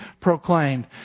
proclaimed